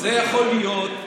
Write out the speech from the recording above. זה יכול להיות.